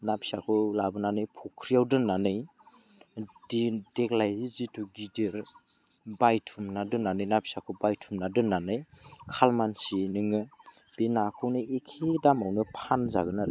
ना फिसाखौ लाबोनानै फुख्रियाव दोननानै देग्लाय जितु गिदिर बायथुमना दोननानै ना फिसाखौ बायथुमना दोननानै खालमासि नोङो बे नाखौनो एखे दामावनो फानजागोन